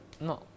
No